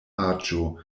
aĝo